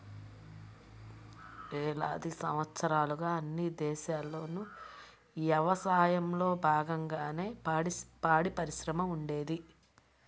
వేలాది సంవత్సరాలుగా అన్ని దేశాల్లోనూ యవసాయంలో బాగంగానే పాడిపరిశ్రమ ఉండేది